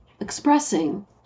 expressing